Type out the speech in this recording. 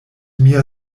mia